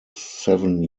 seven